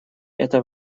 это